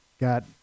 got